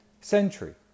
century